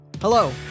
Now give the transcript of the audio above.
Hello